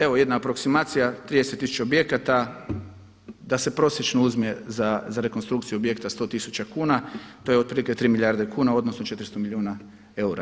Evo jedna aproksimacija 30 tisuća objekata da se prosječno uzme za rekonstrukciju objekta 100 tisuća kuna to je otprilike tri milijarde kuna odnosno 400 milijuna eura.